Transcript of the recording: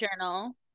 journal